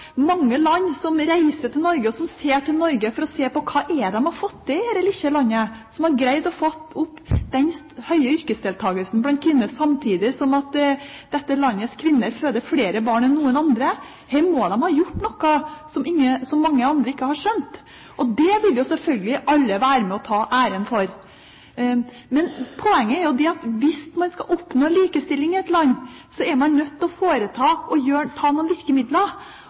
mange land som reiser til Norge, og som ser til Norge, for å se på: Hva er det de har fått til i dette lille landet, som har greid å få til den høye yrkesdeltakelsen blant kvinner, samtidig som dette landets kvinner føder flere barn enn noen andre? Her må de ha gjort noe som mange andre ikke har skjønt, og det vil jo selvfølgelig alle være med og ta æren for. Men poenget er at hvis man skal oppnå likestilling i et land, er man nødt til å ha noen virkemidler, og